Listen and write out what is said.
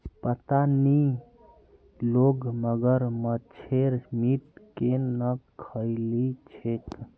पता नी लोग मगरमच्छेर मीट केन न खइ ली छेक